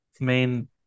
main